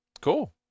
Cool